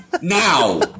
Now